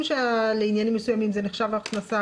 להצעת חוק שהעברנו בקריאה השנייה והשלישית,